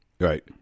Right